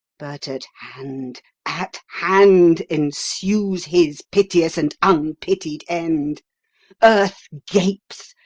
but at hand, at hand, ensues his piteous and unpitied end earth gapes,